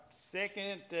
second